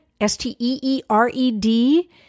S-T-E-E-R-E-D